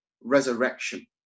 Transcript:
resurrection